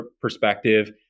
perspective